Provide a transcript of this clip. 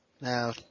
Now